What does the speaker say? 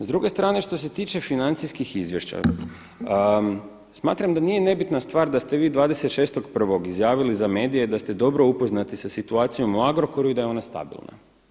S druge strane što se tiče financijskih izvješća, smatram da nije nebitna stvar da ste vi 26.1. izjavili za medije da ste dobro upoznati sa situacijom u Agrokoru i da je ona stabilna.